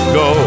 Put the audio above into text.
go